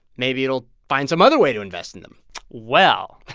maybe it'll find some other way to invest in them well.